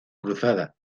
cruzada